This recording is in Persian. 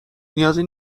نیازی